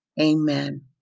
Amen